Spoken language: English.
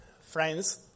friends